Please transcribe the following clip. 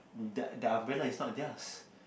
the~ their umbrella is not theirs